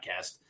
podcast